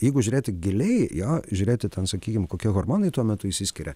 jeigu žiūrėti giliai jo žiūrėti ten sakykim kokie hormonai tuo metu išsiskiria